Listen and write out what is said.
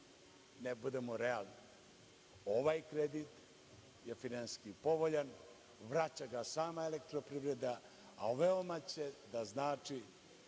Da budemo realni, ovaj kredit je finansijski povoljan, vraća ga sama „Elektroprivreda“, a veoma će da znači